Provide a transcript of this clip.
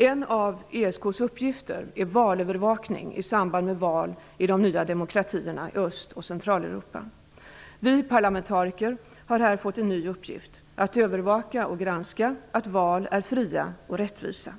En av ESK:s uppgifter är valövervakning i samband med val i de nya demokratierna i Öst och Centraleuropa. Vi parlamentariker har här fått en ny uppgift -- att övervaka och granska att val är fria och rättvisa.